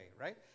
right